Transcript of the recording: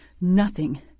Nothing